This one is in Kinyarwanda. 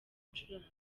gucuranga